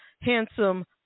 handsome